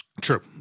True